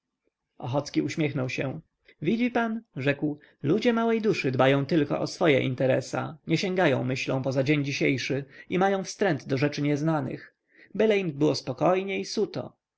ochocki uśmiechnął się widzi pan rzekł ludzie małej duszy dbają tylko o swoje interesa nie sięgają myślą poza dzień dzisiejszy i mają wstręt do rzeczy nieznanych byle im było spokojnie i suto